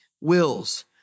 wills